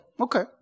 Okay